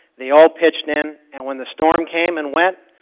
they all pitched in, and when the storm came and went,